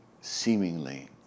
seemingly